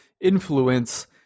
influence